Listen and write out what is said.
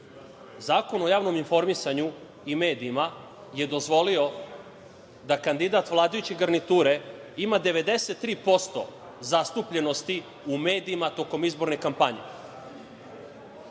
reč. Zakon o javnom informisanju i medijima je dozvolio da kandidat vladajuće garniture ima 93% zastupljenosti u medijima tokom izborne kampanje.